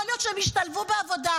יכול להיות שהם ישתלבו בעבודה,